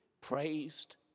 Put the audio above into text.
praised